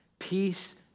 Peace